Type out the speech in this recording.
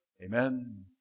Amen